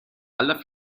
alla